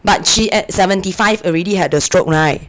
but she at seventy five already had a stroke [right]